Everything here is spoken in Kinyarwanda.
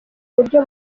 buryo